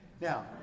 Now